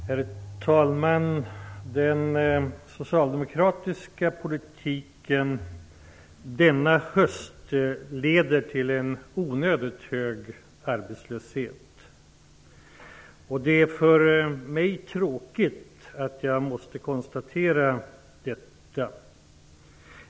Herr talman! Den socialdemokratiska politiken som har förts denna höst kommer att leda till en onödigt hög arbetslöshet. Det är för mig tråkigt att jag måste konstatera detta.